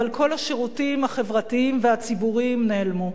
אבל כל השירותים החברתיים והציבוריים נעלמו.